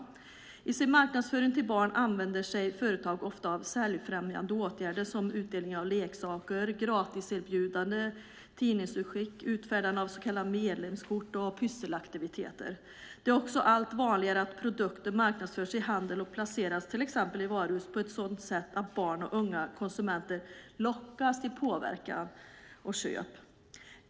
I sin marknadsföring till barn använder sig företag ofta av säljfrämjande åtgärder som utdelning av leksaker, gratiserbjudanden, tidningsutskick, utfärdande av så kallade medlemskort och pysselaktiviteter. Det är också allt vanligare att produkter marknadsförs i handeln och placeras till exempel i varuhus på ett sådant sätt att barn och unga konsumenter lockas till påverkan och köp.